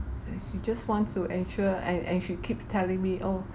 and she just wants to ensure and and she keep telling me oh